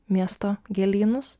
miesto gėlynus